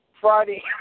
Friday